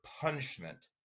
punishment